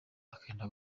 akenda